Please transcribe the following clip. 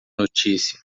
notícia